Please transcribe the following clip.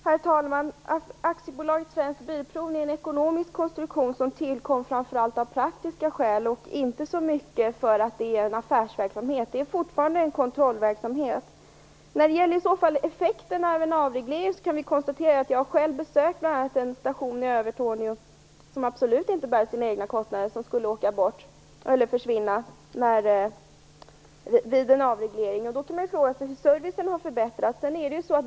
Herr talman! Aktiebolaget Svensk Bilprovning är en ekonomisk konstruktion som tillkom av framför allt praktiska skäl och inte så mycket för att vara en affärsverksamhet. Det är fortfarande fråga om en kontrollverksamhet. När det gäller effekterna av en avreglering kan jag tala om att jag själv har besökt en station i Övertorneå som absolut inte bär sina egna kostnader och som därför skulle försvinna vid en avreglering. Då kan man ju fråga sig om servicen har förbättrats.